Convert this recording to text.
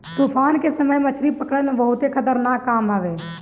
तूफान के समय मछरी पकड़ल बहुते खतरनाक काम हवे